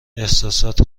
احساسات